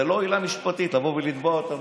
זו לא עילה משפטית לבוא ולתבוע אותם.